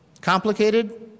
Complicated